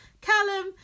Callum